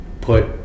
put